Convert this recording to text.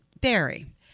Barry